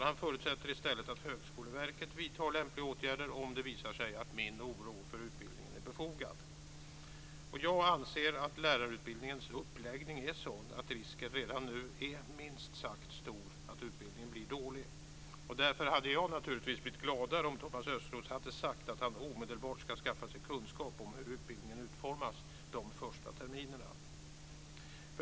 Han förutsätter i stället att Högskoleverket vidtar lämpliga åtgärder om det visar sig att min oro för utbildningen är befogad. Jag anser att lärarutbildningens uppläggning är sådan att risken redan nu är minst sagt stor att utbildningen blir dålig. Därför hade jag naturligtvis blivit gladare om Thomas Östros hade sagt att han omedelbart ska skaffa sig kunskap om hur utbildningen utformas de första terminerna.